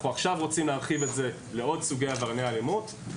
אנחנו עכשיו רוצים להרחיב את זה לעוד סוגי עברייני אלימות.